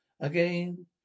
Again